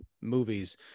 movies